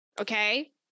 okay